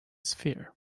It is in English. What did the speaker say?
sphere